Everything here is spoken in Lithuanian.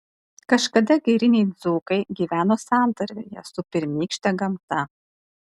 kažkada giriniai dzūkai gyveno santarvėje su pirmykšte gamta